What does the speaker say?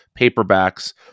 paperbacks